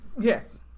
Yes